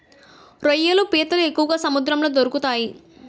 రొయ్యలు పీతలు ఎక్కువగా సముద్రంలో దొరుకుతాయి